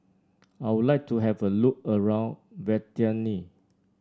I would like to have a look around Vientiane